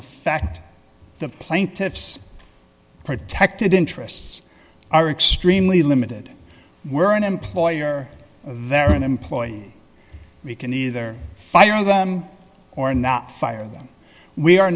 fact the plaintiffs protected interests are extremely limited where an employer they're an employee we can either fire them or not fire them we are